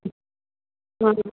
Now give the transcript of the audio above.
ആ